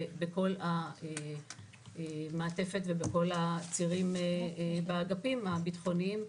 בכל המעטפת ובכל הצירים באגפים הביטחוניים,